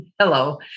Hello